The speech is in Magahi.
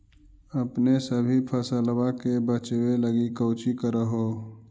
अपने सभी फसलबा के बच्बे लगी कौची कर हो?